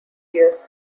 years